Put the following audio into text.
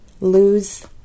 lose